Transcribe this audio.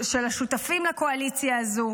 של השותפים לקואליציה הזו